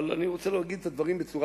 אבל אני רוצה להגיד את הדברים בצורה